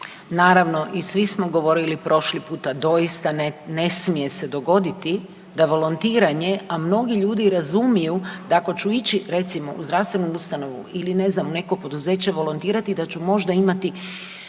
Naravno i svi smo govorili prošli puta doista ne smije se dogoditi da volontiranje, a mnogi ljudi razumiju da ako ću ići recimo u zdravstvenu ustanovu ili ne znam u neko poduzeće volontirati da ću možda imati